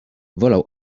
wolał